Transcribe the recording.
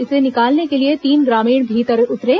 इसे निकालने के लिए तीन ग्रामीण भीतर उतरे